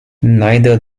neither